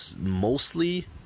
mostly